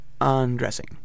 undressing